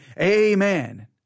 amen